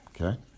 Okay